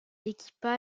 équipa